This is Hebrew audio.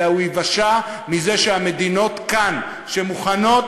אלא הוא ייוושע מזה שהמדינות כאן שמוכנות